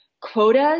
quotas